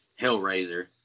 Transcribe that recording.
Hellraiser